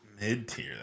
mid-tier